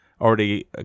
already